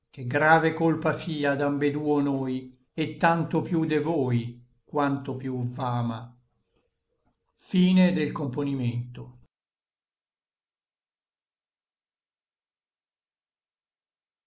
che grave colpa fia d'ambeduo noi et tanto piú de voi quanto piú v'ama a